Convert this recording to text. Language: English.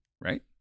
Right